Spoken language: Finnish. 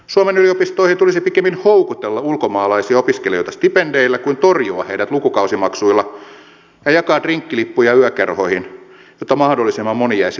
suomen yliopistoihin tulisi pikemminkin houkutella ulkomaalaisia opiskelijoita stipendeillä kuin torjua heidät lukukausimaksuilla ja jakaa drinkkilippuja yökerhoihin jotta mahdollisimman moni jäisi valmistuttuaan suomeen